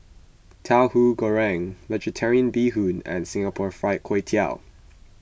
Tauhu Goreng Vegetarian Bee Hoon and Singapore Fried Kway Tiao